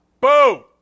Boo